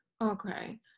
Okay